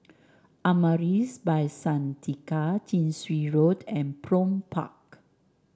Amaris By Santika Chin Swee Road and Prome Park